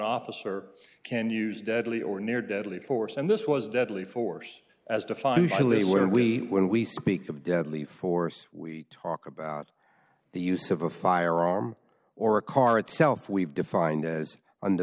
officer can use deadly or near deadly force and this was deadly force as defined by lee when we speak of deadly force we talk about the use of a firearm or a car itself we've defined as under